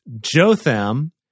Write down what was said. Jotham